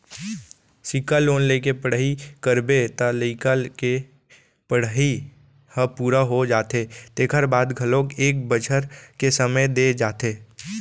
सिक्छा लोन लेके पढ़ई करबे त लइका के पड़हई ह पूरा हो जाथे तेखर बाद घलोक एक बछर के समे दे जाथे